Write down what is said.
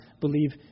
believe